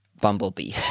bumblebee